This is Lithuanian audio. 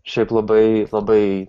šiaip labai labai